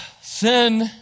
Sin